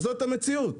זאת המציאות.